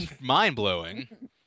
mind-blowing